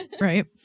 Right